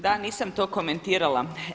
Da, nisam to komentirala.